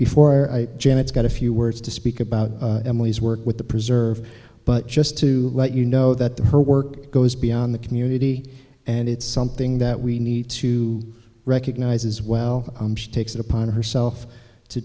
janet's got a few words to speak about emily's work with the preserve but just to let you know that her work goes beyond the community and it's something that we need to recognize as well takes it upon herself to